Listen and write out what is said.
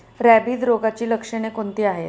Rabies रोगाची लक्षणे कोणती आहेत?